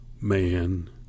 man